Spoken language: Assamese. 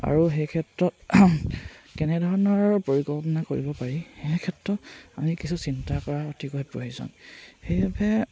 আৰু সেই ক্ষেত্ৰত কেনেধৰণৰ পৰিকল্পনা কৰিব পাৰি সেই ক্ষেত্ৰত আমি কিছু চিন্তা কৰা অতিকৈ প্ৰয়োজন সেইবাবে